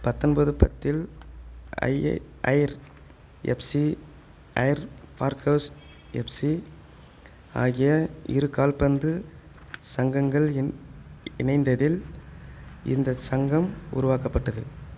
பத்தொன்பது பத்தில் ஐஐ Ayr FC Ayr Parkhouse FC ஆகிய இரு கால்பந்து சங்கங்கள் இன் இணைந்ததில் இந்த சங்கம் உருவாக்கப்பட்டது